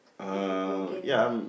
if you go again lah